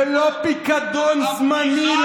ולא פיקדון זמני,